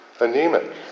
anemic